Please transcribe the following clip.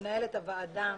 למנהלת הוועדה,